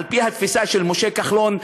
על-פי התפיסה של משה כחלון,